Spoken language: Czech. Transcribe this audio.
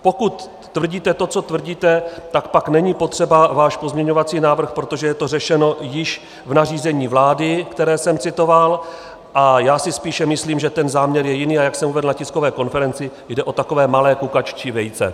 Pokud tvrdíte to, co tvrdíte, tak pak není potřeba váš pozměňovací návrh, protože je to řešeno již v nařízení vlády, které jsem citoval, a já si spíše myslím, že ten záměr je jiný, a jak jsem uvedl na tiskové konferenci, jde o takové malé kukaččí vejce.